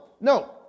No